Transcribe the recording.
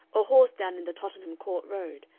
a horse down in the tottenham court road,